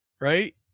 right